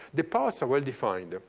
the parts are well-defined. ah